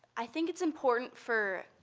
i think it's important for